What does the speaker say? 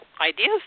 ideas